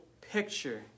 picture